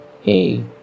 Hey